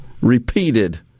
repeated